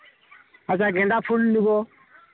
আচ্ছা গাঁদা ফুল নেব